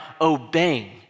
obeying